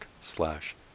slash